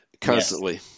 constantly